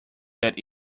that